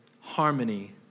harmony